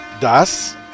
Das